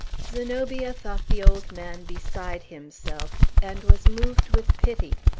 zenobia thought the old man beside himself, and was moved with pity.